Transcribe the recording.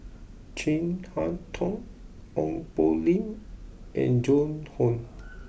Chin Harn Tong Ong Poh Lim and Joan Hon